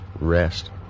Rest